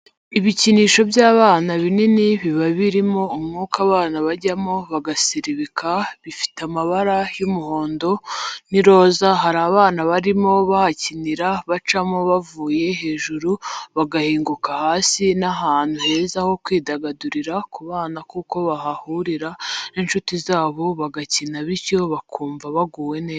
Ibikinisho by'abana binini biba birimo umwuka abana bajyamo bagaserebeka, bifite amabara y'umuhondo n'iroza hari abana barimo bahakinira bacamo bavuye hejuru bagahinguka hasi ni ahantu heza ho kwidagadurira ku bana kuko bahahurira n'inshuti zabo bagakina bityo bakumva baguwe neza.